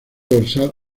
dorsal